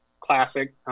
Classic